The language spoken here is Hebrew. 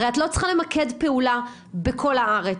הרי את לא צריכה למקד פעולה בכל הארץ,